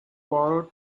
borrowed